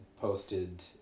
posted